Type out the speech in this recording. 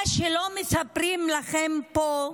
מה שלא מספרים לכם פה,